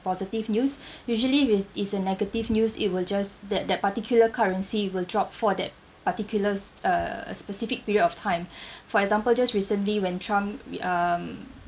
positive news usually with it's a negative news it will just that that particular currency will drop for that particulars uh specific period of time for example just recently when trump we um